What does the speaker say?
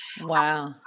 Wow